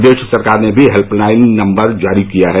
प्रदेश सरकार ने भी हेल्पलाइन नम्बर जारी किया है